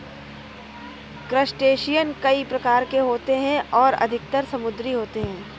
crustacean कई प्रकार के होते हैं और अधिकतर समुद्री होते हैं